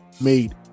made